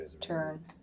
turn